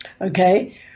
Okay